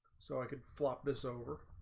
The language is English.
so like it flopped this over